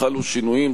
חלו שינויים,